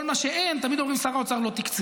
כל מה שאין, תמיד אומרים: שר האוצר לא תקצב.